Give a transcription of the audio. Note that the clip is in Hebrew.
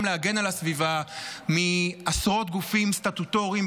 להגן על הסביבה מעשרות גופים סטטוטוריים,